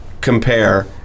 compare